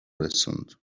رسوند